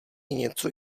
něco